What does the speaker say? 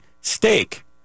Steak